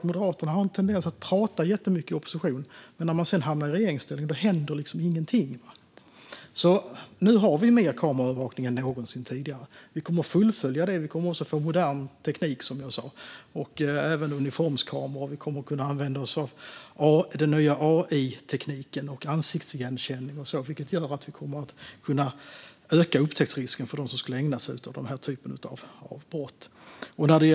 Moderaterna har en tendens att prata jättemycket i opposition. Men när de sedan hamnar i regeringsställning händer liksom ingenting. Nu har vi mer kameraövervakning än någonsin tidigare. Vi kommer att fullfölja det. Vi kommer också att få modern teknik, som jag sa, och även uniformskameror. Vi kommer också att kunna använda oss av den nya AI-tekniken, ansiktsigenkänning och så vidare. Därmed kommer vi att kunna öka upptäcktsrisken för dem som ägnar sig åt denna typ av brott.